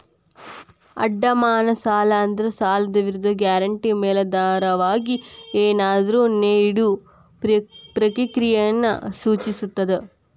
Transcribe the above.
ಅಡಮಾನ ಸಾಲ ಅಂದ್ರ ಸಾಲದ್ ವಿರುದ್ಧ ಗ್ಯಾರಂಟಿ ಮೇಲಾಧಾರವಾಗಿ ಏನಾದ್ರೂ ನೇಡೊ ಪ್ರಕ್ರಿಯೆಯನ್ನ ಸೂಚಿಸ್ತದ